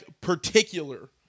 particular